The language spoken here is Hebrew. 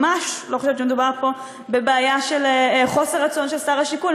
ממש לא חושבת שמדובר פה בבעיה של חוסר רצון של שר השיכון,